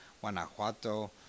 Guanajuato